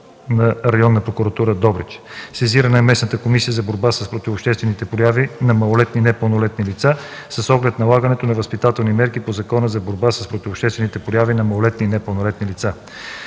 на Районна прокуратура – Добрич, сезирана е местната Комисия за борба с противообществените прояви на малолетни и непълнолетни лица с оглед налагането на възпитателни мерки по Закона за борба с противообществените прояви на малолетни и непълнолетни лица.